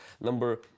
number